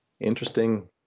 interesting